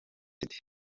united